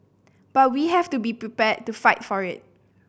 but we have to be prepared to fight for it